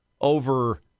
over